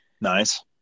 Nice